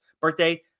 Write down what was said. birthday